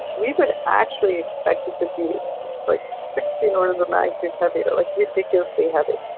we would actually expect it to be like sixty and orders of magnitude heavier like ridiculously heavy.